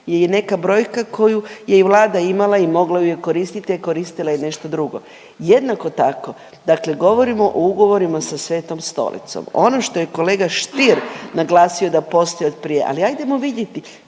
je neka brojka koju je i Vlada imala i mogla ju je koristiti, a koristila je nešto drugo. Jednako tako, dakle govorimo o ugovorima sa Svetom Stolicom, ono što je kolega Stier naglasio da postoji od prije, ali ajdemo vidjeti